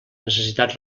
necessitats